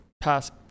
pass